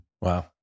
Wow